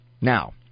Now